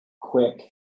quick